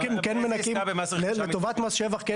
אבל איזו עסקה במס רכישה --- כן מנכים לטובת מס שבח.